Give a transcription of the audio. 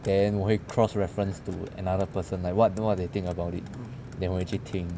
then 我会 cross reference to another person like what what they think about it then 我会去听